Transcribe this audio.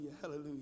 hallelujah